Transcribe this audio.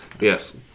Yes